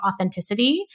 authenticity